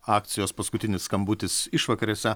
akcijos paskutinis skambutis išvakarėse